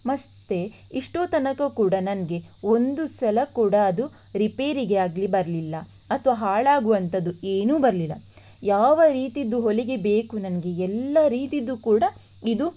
ಮತ್ತೆ ಇಷ್ಟು ತನಕವು ಕೂಡ ನನಗೆ ಒಂದು ಸಲ ಕೂಡ ಅದು ರಿಪೇರಿಗೆ ಆಗಲಿ ಬರಲಿಲ್ಲ ಅಥವಾ ಹಾಳಾಗುವಂಥದ್ದು ಏನೂ ಬರಲಿಲ್ಲ ಯಾವ ರೀತಿಯದ್ದು ಹೊಲಿಗೆ ಬೇಕು ನನಗೆ ಎಲ್ಲ ರೀತಿಯದ್ದು ಕೂಡ ಇದು